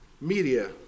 media